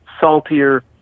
saltier